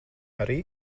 arī